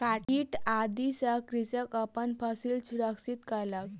कीट आदि सॅ कृषक अपन फसिल सुरक्षित कयलक